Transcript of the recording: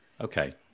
okay